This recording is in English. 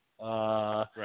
right